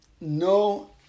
no